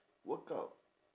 workout